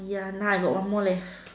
ya now I got one more left